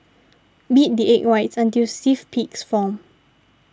beat the egg whites until stiff peaks form